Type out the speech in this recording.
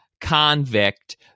convict